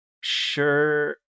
sure